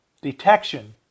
Detection